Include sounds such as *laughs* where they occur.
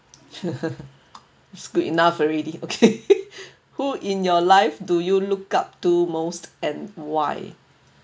*laughs* is good enough already okay *laughs* who in your life do you look up to most and why